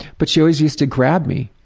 but she always used to grab me.